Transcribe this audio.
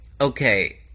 Okay